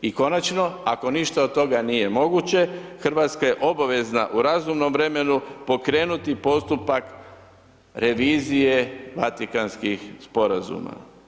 I konačno, ako ništa od toga nije moguće, Hrvatska je obavezna u razumnom vremenu pokrenuti postupak revizije Vatikanskih sporazuma.